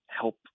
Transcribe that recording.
help